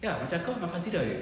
ya macam kau dengan fazirah jer